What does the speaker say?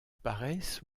paresse